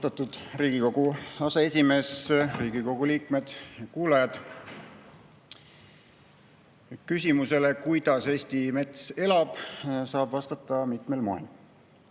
Riigikogu aseesimees! Riigikogu liikmed! Kuulajad! Küsimusele, kuidas Eesti mets elab, saab vastata mitmel moel.